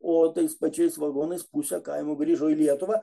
o tais pačiais vagonais pusė kaimo grįžo į lietuvą